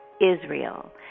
Israel